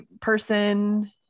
person